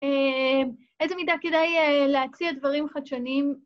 ‫איזה מידה כדאי להציע דברים חדשניים?